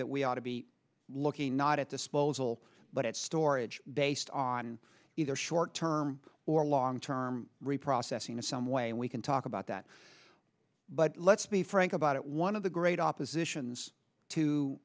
that we ought to be looking not at the supposal but it's storage based on either short term or long term reprocessing in some way we can talk about that but let's be frank about it one of the great oppositions to